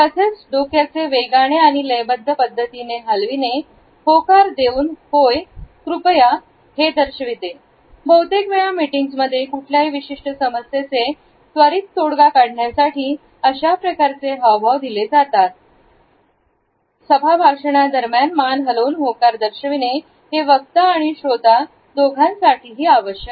आणि तसेच डोक्याचे वेगाने आणि लयबद्ध पद्धतीने हलविणे होकार देऊन होय कृपया हे दर्शविते बहुतेक वेळा मीटिंगमध्ये कुठल्याही विशिष्ट समस्येचे त्वरित तोडगा काढण्यासाठी अशा प्रकारचे हावभाव दिले जातात सम भाषणादरम्यान मान हलवून होकार दर्शविणे हे वक्ता आणि श्रोता दोघांसाठीही आवश्यक आहे